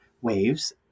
waves